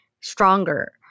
stronger